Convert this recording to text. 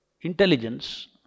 intelligence